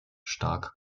stark